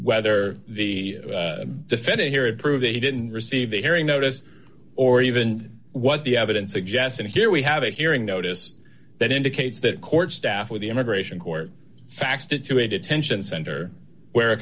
whether the defendant here prove that he didn't receive a hearing notice or even what the evidence suggests and here we have a hearing notice that indicates that court staff with the immigration court faxed it to a detention center where